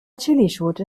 chillischote